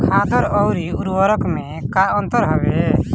खादर अवरी उर्वरक मैं का अंतर हवे?